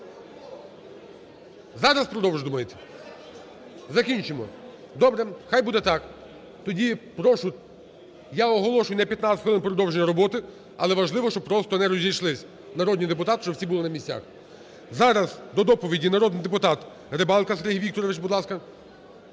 Зараз продовжити, думаєте? Закінчимо. Добре. Хай буде так. Тоді прошу, я оголошую на 15 хвилин продовження роботи, але важливо, щоб просто не розійшлись народні депутати, щоб всі були на місцях. Зараз до доповіді народний депутат Рибалка Сергій Вікторович, будь ласка.